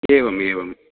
एवमेवम्